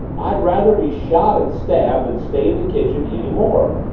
i'd rather be shot and stabbed than stay in the kitchen any more.